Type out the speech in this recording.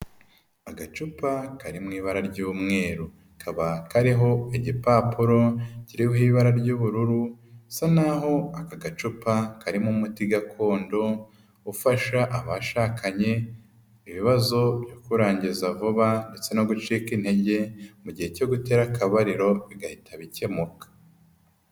Agacupa kari mu ibara ry'umweru, kakaba kariho igipapuro kiriho ibara ry'ubururu, bisa n'aho aka gacupa karimo umuti gakondo ufasha abashakanye ibibazo byo kurangiza vuba ndetse no gucika intege mu gihe cyo gutera akabariro, bigahita bikemuka.